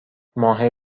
ماه